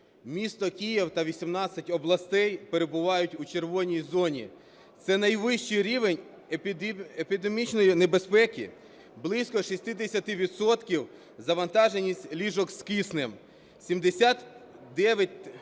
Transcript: Місто Київ та 18 областей перебувають у "червоній" зоні. Це найвищий рівень епідемічної небезпеки. Близько 60 відсотків завантаженість ліжок з киснем. 79